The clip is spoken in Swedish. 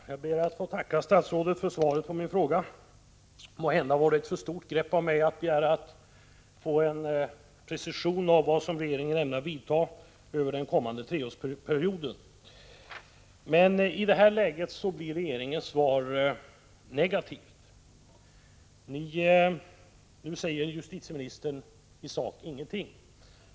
Herr talman! Jag ber att få tacka statsrådet för svaret på min fråga. Måhända tog jag ett alltför stort grepp över frågan när jag begärde att få en precision av vilka åtgärder regeringen ämnar vidta under den kommande treårsperioden. Svaret från regeringen är också negativt. I sak säger justitieministern ingenting.